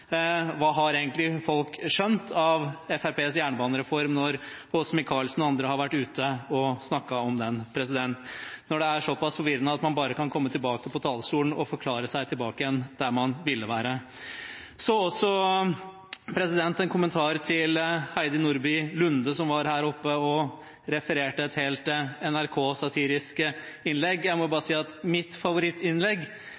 Hva har egentlig folk skjønt av Fremskrittspartiets jernbanereform når Åse Michaelsen og andre har vært ute og snakket om den, når det er såpass forvirrende at man bare kan komme tilbake på talerstolen og forklare seg tilbake igjen, der man ville være. Så en kommentar til Heidi Nordby Lunde, som refererte til et helt NRK-satirisk innslag. Jeg må bare si at mitt